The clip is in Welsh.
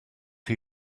chi